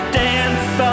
dance